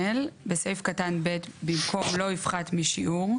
" (ג)בסעיף קטן (ב), במקום "לא יפחת משיעור"